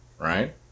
right